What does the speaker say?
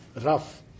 rough